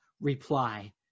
reply